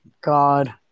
God